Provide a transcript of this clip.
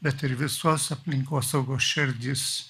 bet ir visos aplinkosaugos šerdis